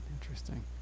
Interesting